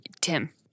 Tim